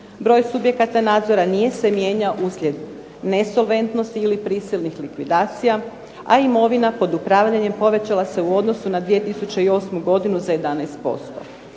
Broj subjekata nadzora nije se mijenjao uslijed nesolventnosti ili prisilnih likvidacija, a imovina pod upravljanjem povećala se u odnosu na 2008. godinu za 11%.